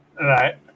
right